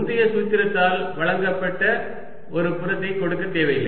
முந்தைய சூத்திரத்தால் வழங்கப்பட்ட ஒரு புலத்தை கொடுக்க தேவையில்லை